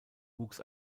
wuchs